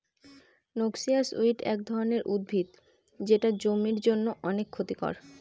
noxious weed এক ধরনের উদ্ভিদ যেটা জমির জন্য অনেক ক্ষতি করে